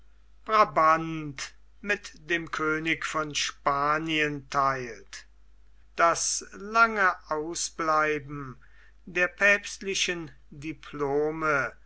brabant mit dem könig von spanien theilt das lange ausbleiben der päpstlichen diplome